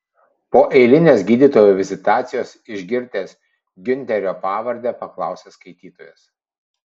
po eilinės gydytojo vizitacijos išgirdęs giunterio pavardę paklausė skaitytojas